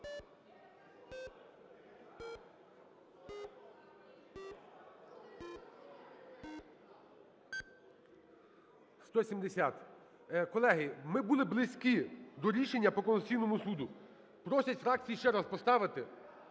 За-170 Колеги, ми були близькі до рішення по Конституційному Суду. Просять фракції ще раз поставити,